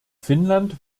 finnland